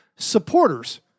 supporters